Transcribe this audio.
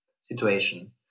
situation